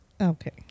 okay